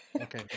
Okay